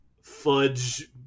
fudge